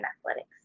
athletics